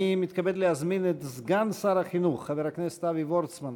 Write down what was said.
אני מתכבד להזמין את סגן שר החינוך חבר הכנסת אבי וורצמן,